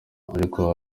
ariko